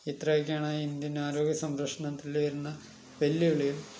ഇത്രയൊക്കെയാണ് ഇന്ത്യൻ ആരോഗ്യ സംരക്ഷണത്തിൽ വരുന്ന വെല്ലുവിളികൾ